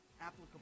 applicable